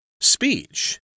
Speech